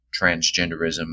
transgenderism